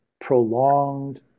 prolonged